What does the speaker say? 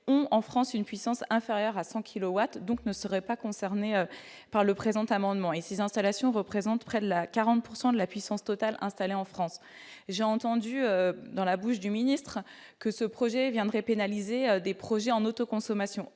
ont en France une puissance inférieure à 100 kilowatts, donc ne serait pas concerné par le présent amendement et ses installations représentent près de la 40 pourcent de la puissance totale installée en France, j'ai entendu dans la bouche du ministre que ce projet viendrait pénaliser des projets en autoconsommation,